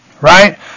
Right